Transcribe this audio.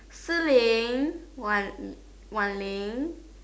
Si-Ling Wan Wan-Ling